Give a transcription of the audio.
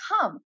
come